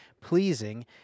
pleasing